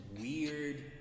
weird